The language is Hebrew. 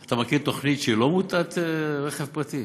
אתה מכיר תוכנית שהיא לא מוטת רכב פרטי?